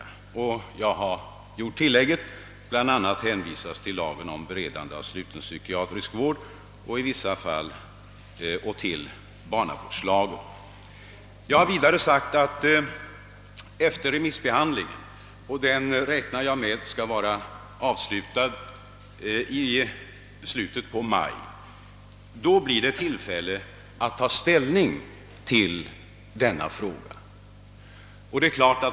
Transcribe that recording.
Därefter har jag gjort ett tillägg och bl.a. hänvisat till lagen om sluten psykiatrisk vård och till barnavårdslagen. Jag har vidare sagt att efter remissbehandlingen — som enligt vad jag beräknar skall vara färdig i slutet av maj — blir det tillfälle att ta ställning till frågan om lagbestämmelserna.